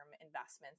investments